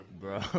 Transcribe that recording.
Bro